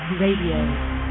Radio